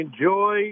enjoy